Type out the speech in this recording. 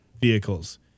vehicles